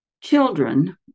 children